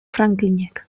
franklinek